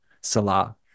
Salah